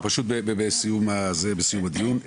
אנחנו פשוט בסיום הדיון.